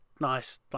nice